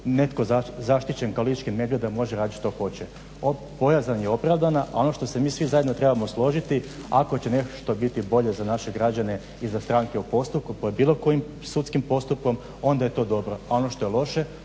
netko zaštićen kao lički medvjed da može radit što hoće, bojazan je opravdana. A ono što se mi svi trebamo složiti, ako će nešto biti bolje za naše građane i za stranke u postupku … bilo kojim sudskim postupkom onda je to dobro, a ono što je loše